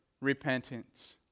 repentance